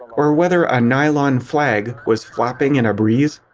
or whether a nylon flag was flapping in a breeze?